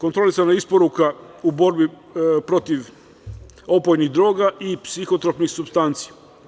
kontrolisana isporuka u borbi protiv opojnih droga i psihtropnih supstanci.